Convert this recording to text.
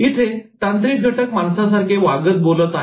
इथे तांत्रिक घटक माणसासारखे वागत बोलत आहेत